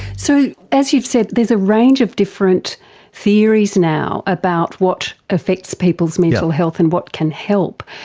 so, as you've said, there's a range of different theories now about what affects people's mental health and what can help.